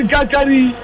Kakari